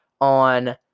on